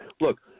Look